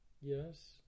yes